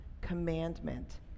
commandment